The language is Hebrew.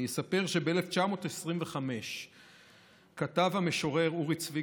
אני אספר שב-1925 כתב המשורר אורי צבי